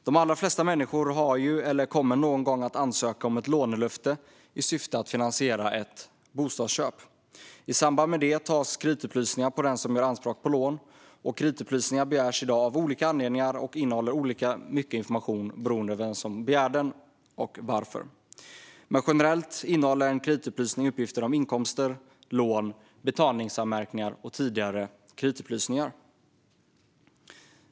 De allra flesta människor har eller kommer någon gång att ansöka om ett lånelöfte i syfte att finansiera ett bostadsköp. I samband med det tas kreditupplysningar på den som gör anspråk på lån. Kreditupplysningar begärs i dag av olika anledningar och innehåller olika mycket information beroende på vem som begär den och varför. Men generellt innehåller en kreditupplysning uppgifter om inkomster, lån, betalningsanmärkningar och tidigare kreditupplysningar.